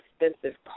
expensive